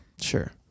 sure